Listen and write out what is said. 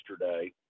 yesterday